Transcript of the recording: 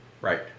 Right